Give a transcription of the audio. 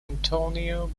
antonio